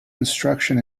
instruction